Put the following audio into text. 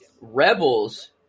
Rebels